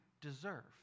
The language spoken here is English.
deserve